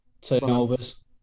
Turnovers